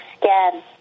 scan